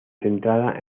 centrada